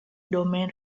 domain